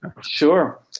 sure